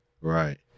Right